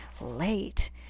late